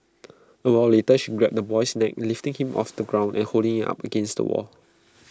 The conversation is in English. A while later she grabbed the boy's neck lifting him off the ground and holding him up against the wall